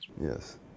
Yes